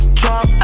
drop